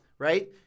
right